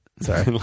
Sorry